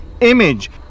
image